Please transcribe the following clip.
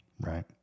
Right